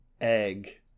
egg